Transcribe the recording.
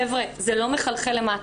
חבר'ה, זה לא מחלחל למטה.